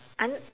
I'm not